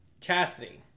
Chastity